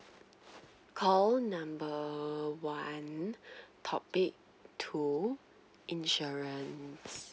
call number one topic two insurance